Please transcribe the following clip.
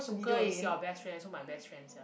google is your best friend so my best friend is here